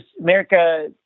America